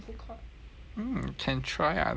mm can try I don't mind